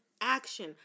action